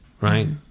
right